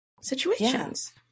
situations